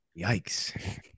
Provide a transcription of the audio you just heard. Yikes